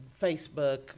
Facebook